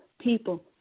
people